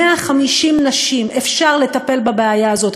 הגישה דוח על הביקור הזה,